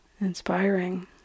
inspiring